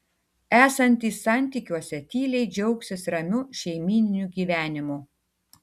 esantys santykiuose tyliai džiaugsis ramiu šeimyniniu gyvenimu